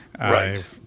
Right